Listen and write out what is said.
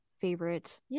favorite